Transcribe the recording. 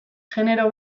genero